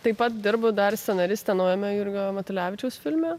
taip pat dirbu dar scenariste naujame jurgio matulevičiaus filme